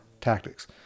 tactics